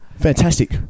Fantastic